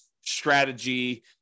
strategy